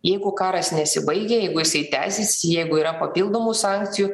jeigu karas nesibaigia jeigu jisai tęsis jeigu yra papildomų sankcijų